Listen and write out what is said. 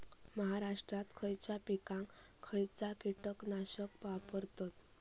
महाराष्ट्रात खयच्या पिकाक खयचा कीटकनाशक वापरतत?